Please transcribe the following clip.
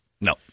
No